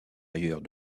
ailleurs